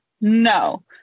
No